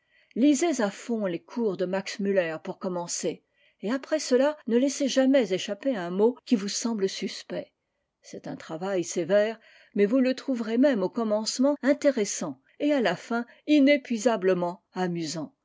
lisez à fond les cours de max muller pour commencer et après cela ne laissez jamais échapper un mot qui vous semble suspect c'est un travail sévère mais vous le trouverez même au commencement intéressant et à la fin inépuisablement amusant